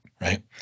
right